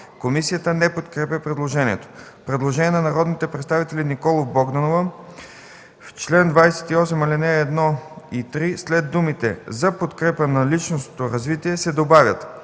Комисията не подкрепя предложението. Предложение от народните представители Николов и Богданова – в чл. 28, ал. 1 и 3 след думите „за подкрепа на личностното развитие” се добавят